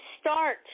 start